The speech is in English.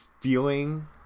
feeling